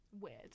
weird